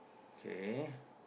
kay